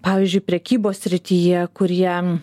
pavyzdžiui prekybos srityje kur jie